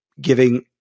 giving